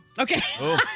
Okay